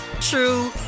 true